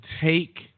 take